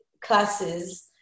classes